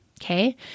Okay